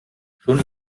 schon